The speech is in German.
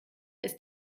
ist